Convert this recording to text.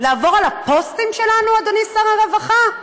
לעבור על הפוסטים שלנו, אדוני שר הרווחה?